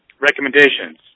recommendations